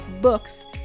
books